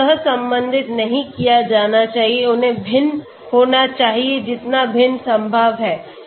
उन्हें सहसंबंधित नहीं किया जाना चाहिए उन्हें भिन्न होना चाहिए जितना भिन्न संभव है